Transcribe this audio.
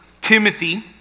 Timothy